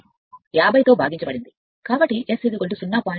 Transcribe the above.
విభజించబడ్డాయి కాబట్టి S S 0